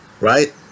Right